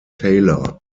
taylor